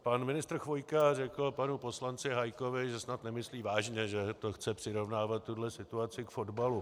Pan ministr Chvojka řekl panu poslanci Hájkovi, že snad nemyslí vážně, že chce přirovnávat tuhle situaci k fotbalu.